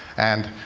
and